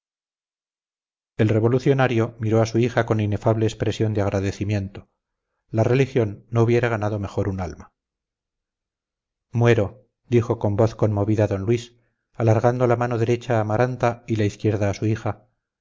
el revolucionario miró a su hija con inefable expresión de agradecimiento la religión no hubiera ganado mejor un alma muero dijo con voz conmovida d luis alargando la mano derecha a amaranta y la izquierda a su hija